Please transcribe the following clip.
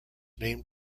named